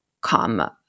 come